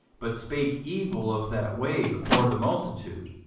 but spake evil of that way before the multitude,